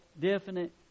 definite